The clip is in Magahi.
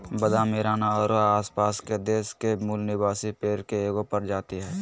बादाम ईरान औरो आसपास के देश के मूल निवासी पेड़ के एगो प्रजाति हइ